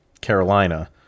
Carolina